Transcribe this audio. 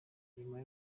nyuma